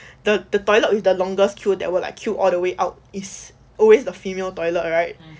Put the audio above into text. the the toilet with the longest queue that were like queue all the way out is always the female toilet right